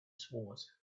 sword